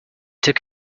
took